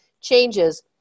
changes